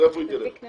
אז לאיפה היא תלך.